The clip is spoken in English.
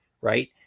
right